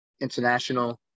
international